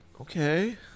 okay